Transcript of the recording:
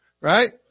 right